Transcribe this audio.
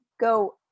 go